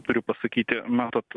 turiu pasakyti matot